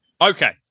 Okay